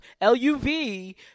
L-U-V